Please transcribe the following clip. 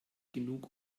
genug